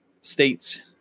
states